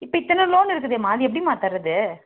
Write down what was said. இப்போ இத்தனை லோன் இருக்குதேம்மா அது எப்படிம்மா தர்றது